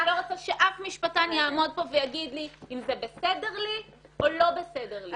ואני לא רוצה שאף משפטן יעמוד פה ויגיד לי אם זה בסדר לי או לא בסדר לי.